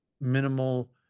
minimal